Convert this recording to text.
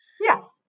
Yes